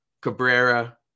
Cabrera